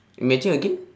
imagine again